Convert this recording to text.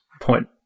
Point